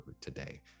today